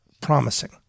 promising